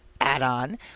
add-on